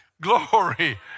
Glory